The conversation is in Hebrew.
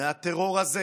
מהטרור הזה